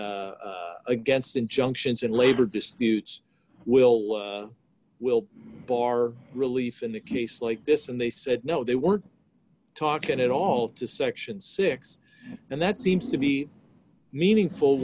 against injunctions and labor disputes will will bar relief in the case like this and they said no they weren't talking at all to section six and that seems to be meaningful